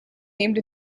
named